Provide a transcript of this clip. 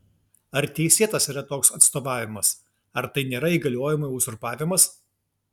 ar teisėtas yra toks atstovavimas ar tai nėra įgaliojimų uzurpavimas